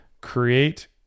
create